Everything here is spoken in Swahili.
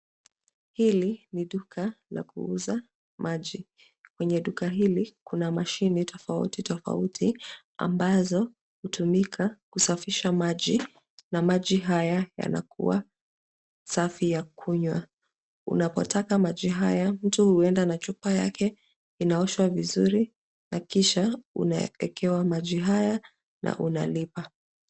Hili ni duka la kuuza maji .Kwenye duka hili kuna mashine tofauti tofauti ambazo hutumika kusafisha maji na maji yanakuwa safi ya kunywa ,unapotaka maji haya mtu huenda na chupa yake inaoshwa vizuri na kisha unaekewa maji haya na unalipa.